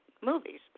movies